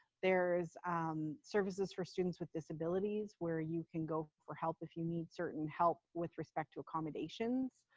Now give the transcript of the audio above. there's services for students with disabilities where you can go for help if you need certain help with respect to accommodations.